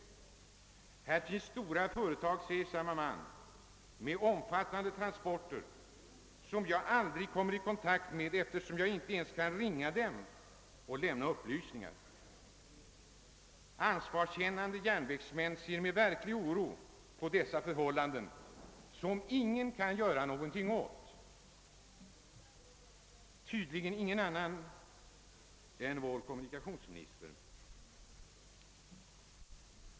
Samme man framhåller, att det finns stora företag med omfattande transporter som han aldrig kommer i kontakt med, eftersom han inte ens kan ringa dem och lämna upplysningar. Ansvarskännande järnvägsmän ser med verklig oro på detta förhållande som ingen kan göra någonting åt — tydligen ingen annan än vår kommunikationsminister.